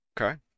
Okay